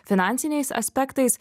finansiniais aspektais